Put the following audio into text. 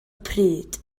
pryd